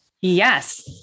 Yes